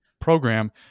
program